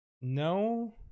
no